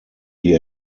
die